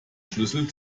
schlüssel